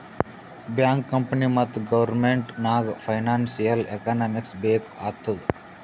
bank, company ಮತ್ತ government ನಾಗ್ financial economics ಬೇಕ್ ಆತ್ತುದ್